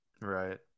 right